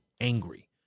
angry